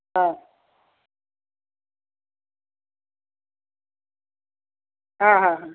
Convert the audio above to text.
হ্যা হ্যাঁ হ্যাঁ হ্যাঁ